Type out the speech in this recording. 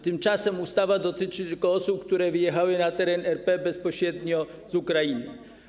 Tymczasem ustawa dotyczy tylko osób, które wjechały na teren RP bezpośrednio z Ukrainy.